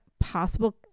possible